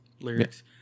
lyrics